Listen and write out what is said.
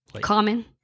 common